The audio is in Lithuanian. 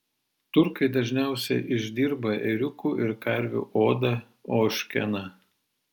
turkai dažniausiai išdirba ėriukų ir karvių odą ožkeną